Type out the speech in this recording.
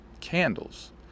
candles